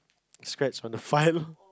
scratch on the file